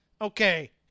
okay